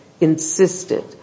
insisted